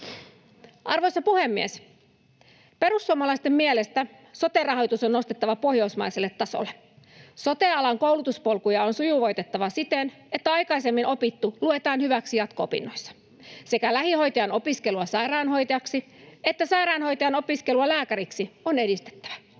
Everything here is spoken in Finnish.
Arvoisa puhemies! Perussuomalaisten mielestä sote-rahoitus on nostettava pohjoismaiselle tasolle. Sote-alan koulutuspolkuja on sujuvoitettava siten, että aikaisemmin opittu luetaan hyväksi jatko-opinnoissa. Sekä lähihoitajan opiskelua sairaanhoitajaksi että sairaanhoitajan opiskelua lääkäriksi on edistettävä.